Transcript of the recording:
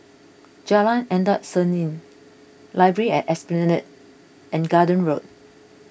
Jalan Endut Senin Library at Esplanade and Garden Road